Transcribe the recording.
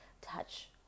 touch